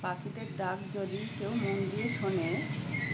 পাখিদের ডাক যদি কেউ মন দিয়ে শোনে